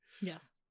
Yes